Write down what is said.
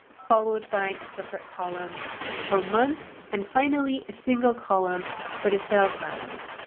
followed by a separate column for month, and finally a single column for the sales values.